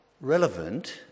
relevant